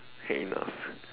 I had enough